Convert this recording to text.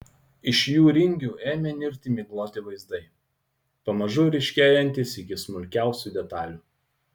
iš jų ringių ėmė nirti migloti vaizdai pamažu ryškėjantys iki smulkiausių detalių